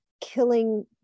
Killing